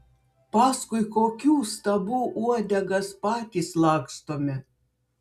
paskui kokių stabų uodegas patys lakstome